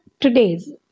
Today's